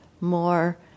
more